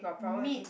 meet